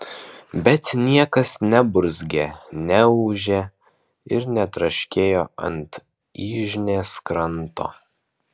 bet niekas neburzgė neūžė ir netraškėjo ant yžnės kranto